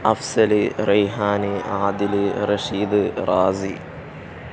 Afsal Raihan Adil Rasheed Razi